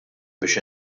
biex